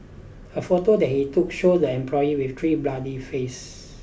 a photo that he took shows the employee with three bloodied face